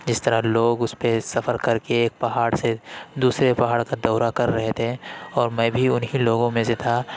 جس طرح لوگ اس پہ سفر کر کے ایک پہاڑ سے دوسرے پہاڑ کا دورہ کر رہے تھے اور میں بھی ان ہی لوگوں میں سے تھا